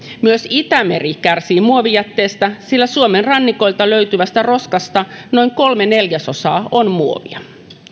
myös itämeri kärsii muovijätteestä sillä suomen rannikoilta löytyvästä roskasta noin kolme neljäsosaa on muovia